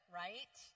right